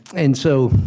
and so,